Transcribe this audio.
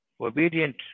obedient